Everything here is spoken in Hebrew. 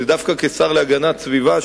ודווקא כשר להגנת הסביבה,